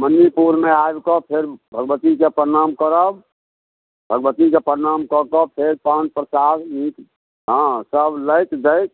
मन्दिर टोलमे आबिकऽ फेर भगवतीके प्रणाम करब भगवतीके प्रणाम कऽके फेर पान प्रसाद नीक हँ सब लैत दैत